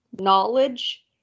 knowledge